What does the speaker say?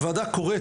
הוועדה קוראת,